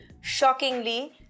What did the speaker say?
shockingly